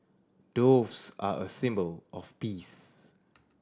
doves are a symbol of peace